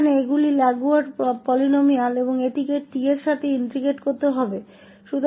यहां ये Laguerre polynomials हैं और हमें इसे t के संबंध में इंटेग्रटिंग करना होगा